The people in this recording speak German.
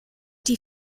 die